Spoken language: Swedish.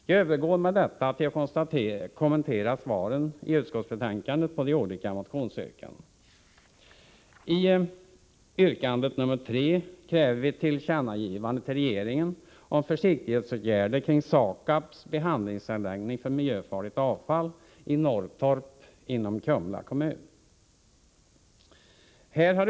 Jag övergår med detta till att kommentera svaren i utskottsbetänkandet på I motionsyrkande 3 kräver vi tillkännagivande till regeringen om försiktighetsåtgärder kring SAKAB:s behandlingsanläggning för miljöfarligt avfall i Norrtorp inom Kumla kommun.